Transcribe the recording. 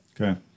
Okay